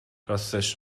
راستش